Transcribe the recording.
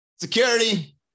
Security